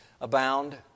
abound